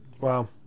Wow